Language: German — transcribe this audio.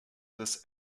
des